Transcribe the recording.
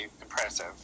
impressive